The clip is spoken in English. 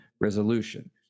resolution